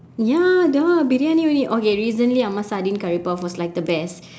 ya !duh! briyani only okay recently amma's sardine curry puff was like the best